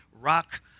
rock